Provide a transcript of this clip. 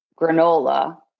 granola